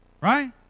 Right